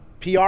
PR